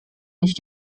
mich